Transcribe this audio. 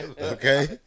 Okay